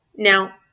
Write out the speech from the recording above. Now